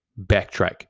backtrack